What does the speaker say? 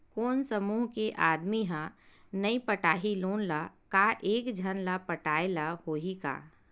कोन समूह के आदमी हा नई पटाही लोन ला का एक झन ला पटाय ला होही का?